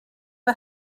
chi